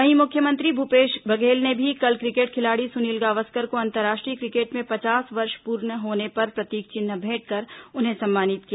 वहीं मुख्यमंत्री भूपेश बघेल ने भी कल क्रिकेट खिलाड़ी सुनील गावस्कर को अंतर्राष्ट्रीय क्रिकेट में पचास वर्ष पूर्ण होने पर प्रतीक चिन्ह भेंटकर उन्हें सम्मानित किया